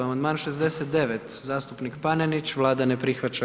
Amandman 69. zastupnik Panenić, Vlada ne prihvaća.